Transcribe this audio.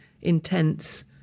intense